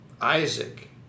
Isaac